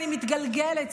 אני מתגלגלת,